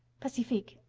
pacifique,